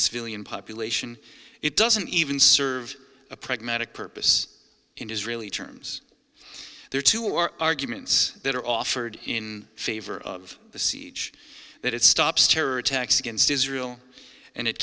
civilian population it doesn't even serve a pragmatic purpose in israeli terms there are two or arguments that are offered in favor of the siege that it stops terror attacks against israel and it